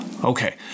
Okay